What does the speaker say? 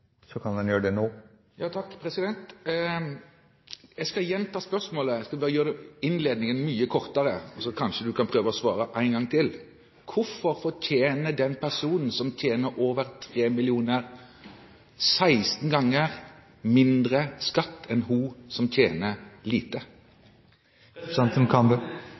så kanskje du kan prøve å svare en gang til. Hvorfor fortjener den personen som tjener over 3 mill. kr, 16 ganger mindre skatt enn hun som tjener